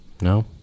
No